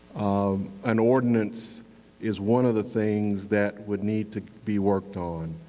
um an ordinance is one of the things that would need to be worked on.